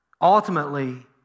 Ultimately